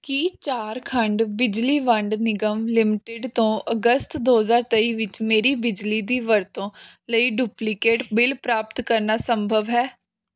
ਕੀ ਝਾਰਖੰਡ ਬਿਜਲੀ ਵੰਡ ਨਿਗਮ ਲਿਮਟਿਡ ਤੋਂ ਅਗਸਤ ਦੋ ਹਜ਼ਾਰ ਤੇਈ ਵਿੱਚ ਮੇਰੀ ਬਿਜਲੀ ਦੀ ਵਰਤੋਂ ਲਈ ਡੁਪਲੀਕੇਟ ਬਿੱਲ ਪ੍ਰਾਪਤ ਕਰਨਾ ਸੰਭਵ ਹੈ